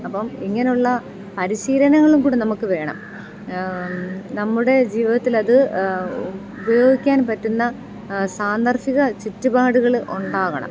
അപ്പം ഇങ്ങനെയുള്ള പരിശീലനങ്ങളും കൂടെ നമുക്ക് വേണം നമ്മുടെ ജീവിതത്തിൽ അത് ഉപയോഗിക്കാൻ പറ്റുന്ന സാന്ദർഭിക ചുറ്റുപാടുകൾ ഉണ്ടാകണം